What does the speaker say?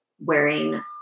wearing